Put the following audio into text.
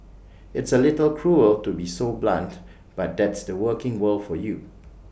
it's A little cruel to be so blunt but that's the working world for you